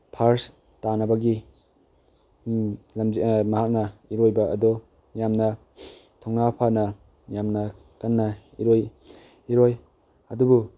ꯐꯥꯔ꯭ꯁ ꯇꯥꯅꯕꯒꯤ ꯃꯍꯥꯛꯅ ꯏꯔꯣꯏꯕ ꯑꯗꯨ ꯌꯥꯝꯅ ꯊꯧꯅꯥ ꯐꯅ ꯌꯥꯝꯅ ꯀꯟꯅ ꯏꯔꯣꯏ ꯏꯔꯣꯏ ꯑꯗꯨꯕꯨ